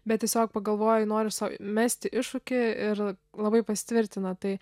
bet tiesiog pagalvoju noriu sau mesti iššūkį ir labai pasitvirtina tai